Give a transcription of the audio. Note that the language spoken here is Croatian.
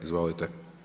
Izvolite.